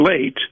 late